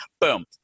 Boom